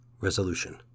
Resolution